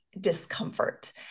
discomfort